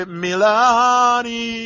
milani